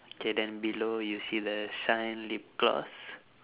K then below you see the shine lip gloss